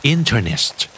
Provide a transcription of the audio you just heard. Internist